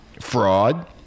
fraud